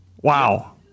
Wow